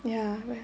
ya